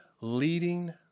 leading